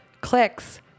clicks